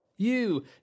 You